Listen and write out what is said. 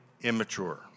immature